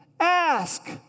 ask